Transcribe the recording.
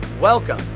Welcome